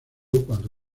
cuando